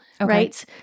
Right